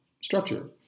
structure